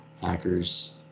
Hackers